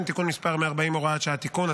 (תיקון מס' 140 - הוראת שעה) (תיקון),